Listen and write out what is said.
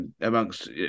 amongst